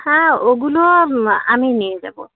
হ্যাঁ ওগুলো আমি নিয়ে যাবো